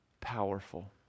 powerful